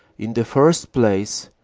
in the first place,